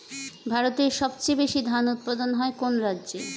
ভারতের সবচেয়ে বেশী ধান উৎপাদন হয় কোন রাজ্যে?